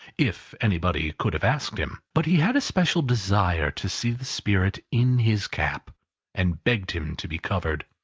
if anybody could have asked him but he had a special desire to see the spirit in his cap and begged him to be covered.